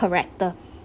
character